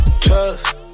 trust